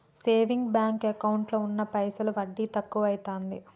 saving bank ఎకౌంటులో ఉన్న పైసలు వడ్డి తక్కువైతాంది